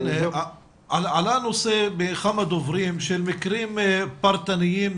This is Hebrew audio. עלה הנושא בכמה דוברים של מקרים פרטניים,